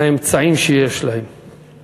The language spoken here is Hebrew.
האמצעים שיש להם.